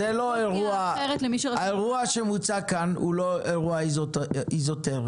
חברים, האירוע שמוצע כאן הוא לא אירוע איזוטרי.